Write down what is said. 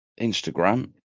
Instagram